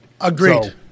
Agreed